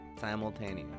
Simultaneous